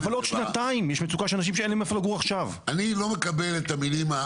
לא נכנסתי לזה,